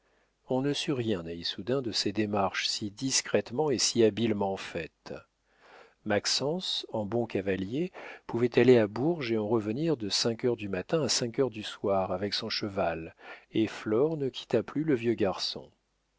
on ne sut rien à issoudun de ces démarches si discrètement et si habilement faites maxence en bon cavalier pouvait aller à bourges et en revenir de cinq heures du matin à cinq heures du soir avec son cheval et flore ne quitta plus le vieux garçon